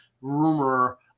rumor